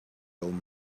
old